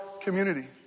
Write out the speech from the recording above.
community